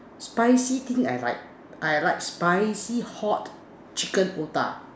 spicy thing I like I like spicy hot chicken otah